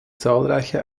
zahlreiche